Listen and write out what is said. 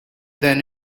than